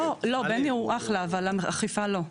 לא, בני הוא אחלה, אבל אכיפה לא.